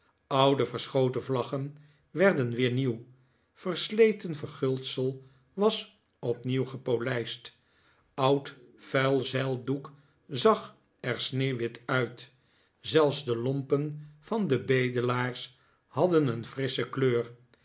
oude verschoten vlaggen werden weer nieuw versleten verguldsel was opnieuw gepolijst oud vuil zeildoek zag er sneeuwwit uit zelfs de lompen van de bedelaars hadden een frissche kleur